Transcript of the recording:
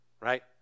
right